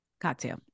cocktail